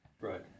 right